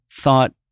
thought